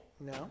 No